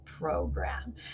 program